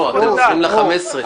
לא, אתם צריכים להגיע ל-15.